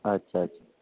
अच्छा अच्